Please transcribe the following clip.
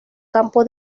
campo